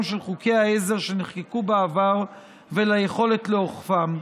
של חוקי העזר שנחקקו בעבר וליכולת לאוכפם.